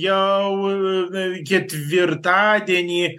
jau na ketvirtadienį